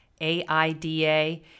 A-I-D-A